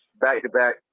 back-to-back